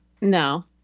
No